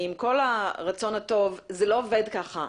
עם כל הרצון הטוב, זה לא עובד ככה.